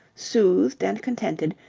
soothed and contented,